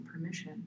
permission